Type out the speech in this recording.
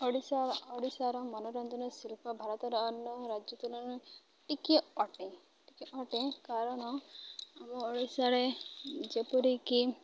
ଓଡ଼ିଶା ଓଡ଼ିଶାର ମନୋରଞ୍ଜନ ଶିଳ୍ପ ଭାରତର ଅନ୍ୟ ରାଜ୍ୟ ତୁଳନାକେ ଟିକେ ଅଟେ ଟିକେ ଅଟେ କାରଣ ଆମ ଓଡ଼ିଶାରେ ଯେପରିକି